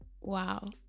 wow